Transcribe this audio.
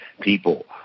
people